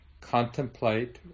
contemplate